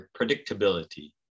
predictability